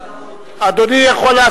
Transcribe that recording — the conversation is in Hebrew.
באמת,